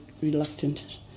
reluctant